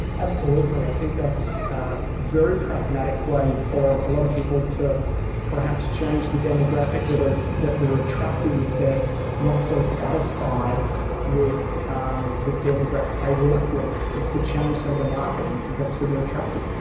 absolutely. i think that's a very pragmatic way for a lot of people to perhaps change the demographic that they're that they're attracting if they're not so satisfied with um the demographic they work with is to change some of the marketing because that's who they're attracting.